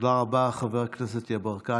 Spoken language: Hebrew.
תודה רבה, חבר הכנסת יברקן.